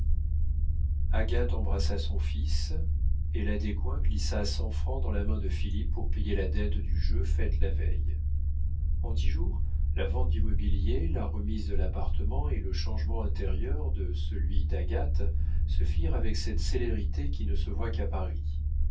agathe embrassa son fils et la descoings glissa cent francs dans la main de philippe pour payer la dette du jeu faite la veille en dix jours la vente du mobilier la remise de l'appartement et le changement intérieur de celui d'agathe se firent avec cette célérité qui ne se voit qu'à paris